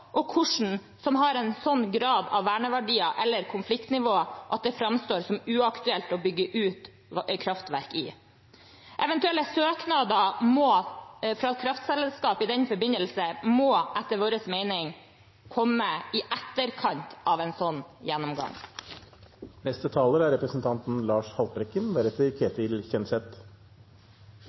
som har en slik grad av verneverdier eller konfliktnivå at det framstår som uaktuelt å bygge ut kraftverk i. Eventuelle søknader fra kraftselskap i denne forbindelse må etter vår mening komme i etterkant av en slik gjennomgang.